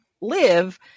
live